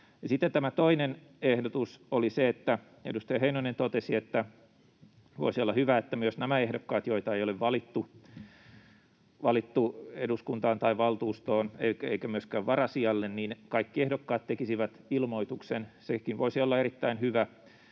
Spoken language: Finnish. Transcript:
sitten tämä toinen ehdotus oli se, minkä edustaja Heinonen totesi, että voisi olla hyvä, että myös kaikki nämä ehdokkaat, joita ei ole valittu eduskuntaan tai valtuustoon eikä myöskään varasijalle, tekisivät ilmoituksen. Sekin voisi olla erittäin hyvä